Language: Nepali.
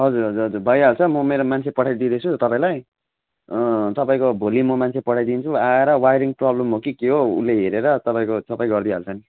हजुर हजुर हजुर भइहाल्छ म मेरो मान्छे पठाइदिँदैछु तपाईँलाई तपाईँको भोलि म मान्छे पठाइदिन्छु आएर वाइरिङ प्रब्लम हो कि के हो उसले हेरेर तपाईँको सबै गरिदिइहाल्छ नि